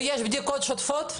ויש בדיקות שוטפות?